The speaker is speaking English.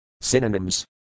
Synonyms